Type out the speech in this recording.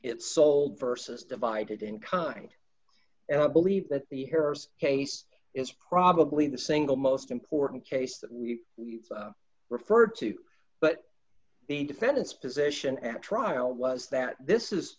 it's old versus divided in kind and i believe that the hearers case is probably the single most important case that we referred to but the defendant's position at trial was that this is